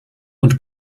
und